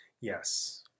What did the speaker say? Yes